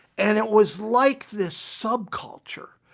and it was like this subculture,